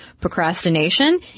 procrastination